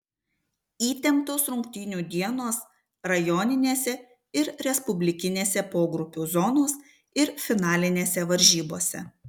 įtemptos rungtynių dienos rajoninėse ir respublikinėse pogrupių zonos ir finalinėse varžybose